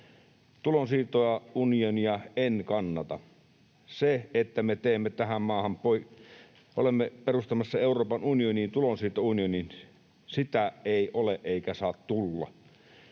Tulonsiirtounionia en kannata. Siihen, että me olemme perustamassa Euroopan unioniin tulosiirtounionin: sitä ei ole eikä saa tulla.